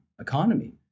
economy